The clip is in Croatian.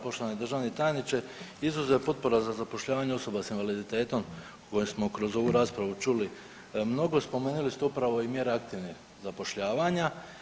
Poštovani državni tajniče, izuzev potpora za zapošljavanje osoba sa invaliditetom o kojoj smo kroz ovu raspravu čuli mnogo spomenuli ste upravo i mjere aktivnih zapošljavanja.